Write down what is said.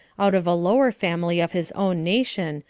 out of a lower family of his own nation,